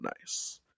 nice